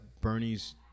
Bernie's